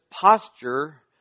posture